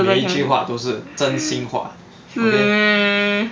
每一句话都是真心话 okay